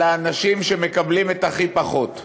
על האנשים שמקבלים הכי פחות.